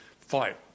fight